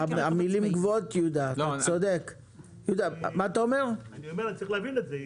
צריך להבין את זה.